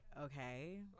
okay